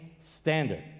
standard